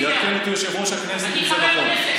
יעדכן אותי יושב-ראש הכנסת אם זה נכון.